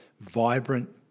vibrant